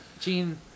Gene